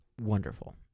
Wonderful